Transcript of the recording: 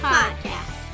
Podcast